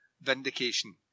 vindication